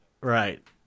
right